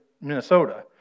Minnesota